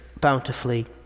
bountifully